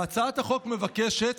והצעת החוק מבקשת,